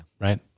right